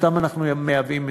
אותם אנחנו מייבאים מסין.